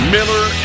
Miller